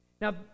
Now